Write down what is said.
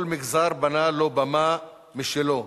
כל מגזר בנה לו במה משלו,